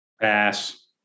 Pass